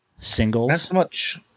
Singles